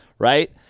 Right